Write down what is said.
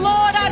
Lord